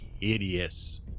hideous